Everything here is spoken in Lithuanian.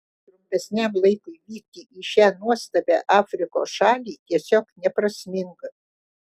trumpesniam laikui vykti į šią nuostabią afrikos šalį tiesiog neprasminga